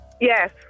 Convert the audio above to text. Yes